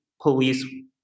police